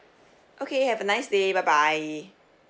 okay have a nice day bye bye